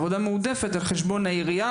עבודה מועדפת על חשבון העירייה,